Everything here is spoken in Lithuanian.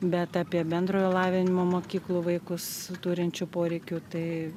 bet apie bendrojo lavinimo mokyklų vaikus turinčių poreikių tai